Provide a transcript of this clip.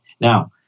Now